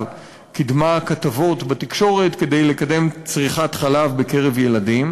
קידמה כתבות בתקשורת כדי לקדם צריכת חלב בקרב ילדים.